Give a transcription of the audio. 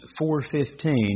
4.15